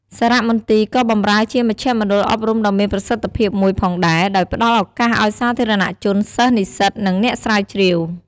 សារមន្ទីរក៏បម្រើជាមជ្ឈមណ្ឌលអប់រំដ៏មានប្រសិទ្ធភាពមួយផងដែរ ដោយផ្តល់ឱកាសឲ្យសាធារណជន សិស្ស និស្សិត និងអ្នកស្រាវជ្រាវ។